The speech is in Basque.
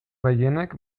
gehienek